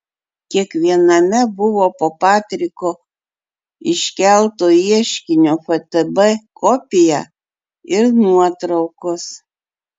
kiekviename buvo po patriko iškelto ieškinio ftb kopiją ir nuotraukos